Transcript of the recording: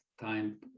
time